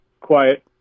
quiet